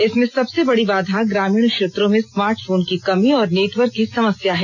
इसमें सबसे बड़ी बाधा ग्रामीण क्षेत्रों में स्मार्टफोन की कमी और नेटवर्क की समस्या है